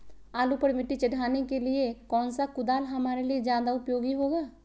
आलू पर मिट्टी चढ़ाने के लिए कौन सा कुदाल हमारे लिए ज्यादा उपयोगी होगा?